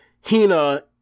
Hina